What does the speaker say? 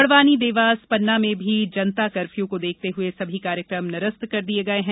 बड़वानी देवास पन्ना में भी जनता कफ्यू को देखते हुए सभी कार्यक्रम निरस्त कर दिये गये हैं